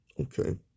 Okay